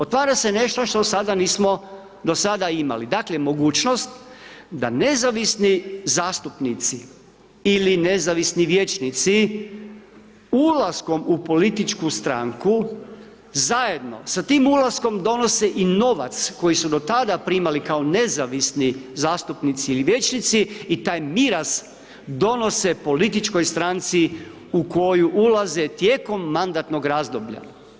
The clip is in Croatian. Otvara se nešto što sada nismo do sada imali, dakle mogućnost da nezavisni zastupnici ili nezavisni vijećnici ulaskom u političku stranku zajedno sa tim ulaskom donose i novac koji su do tada primali kao nezavisni zastupnici ili vijećnici i taj miraz donose političkoj stranci u koje ulaze tijekom mandatnog razdoblja.